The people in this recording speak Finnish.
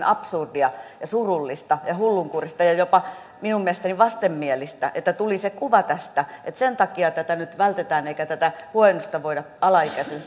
absurdia ja surullista ja ja hullunkurista ja ja minun mielestäni jopa vastenmielistä että tuli se kuva tästä että sen takia tätä nyt vältetään eikä tätä huojennusta voida alaikäiselle